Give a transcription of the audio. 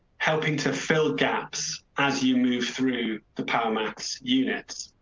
helping to fill gaps as you move through the power max units.